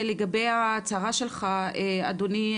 לגבי ההצעה שלך אדוני,